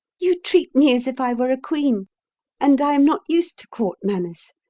you treat me as if i were a queen and i am not used to court manners.